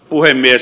puhemies